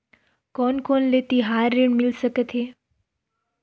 कोन कोन ले तिहार ऋण मिल सकथे?